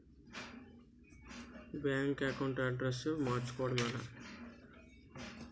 Bank account address మార్చుకోవడం ఎలా?